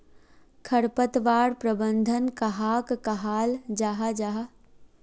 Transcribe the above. खरपतवार प्रबंधन कहाक कहाल जाहा जाहा?